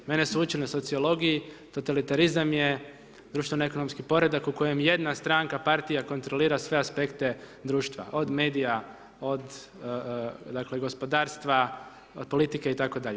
Mene su učili na sociologiji, totalitarizam je društveno ekonomski poredak u kojem jedna stranka, partija, kontrolira sve aspekte društva, od medija, od, dakle, gospodarstva, od politike itd.